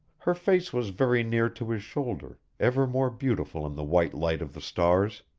her face was very near to his shoulder, ever more beautiful in the white light of the stars.